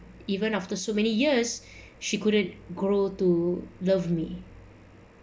even after so many years she couldn't grow to love me